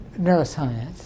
neuroscience